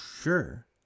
sure